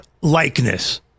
likeness